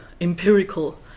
empirical